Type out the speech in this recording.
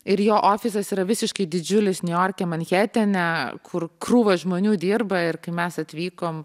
ir jo ofisas yra visiškai didžiulis niujorke manhetene kur krūvos žmonių dirba ir kai mes atvykom